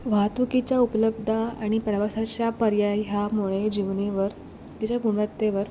वाहतुकीच्या उपलब्धता आणि प्रवासाच्या पर्यायी ह्यामुळे जीवनावर त्याच्या गुणवत्तेवर